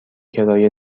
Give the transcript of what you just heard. کرایه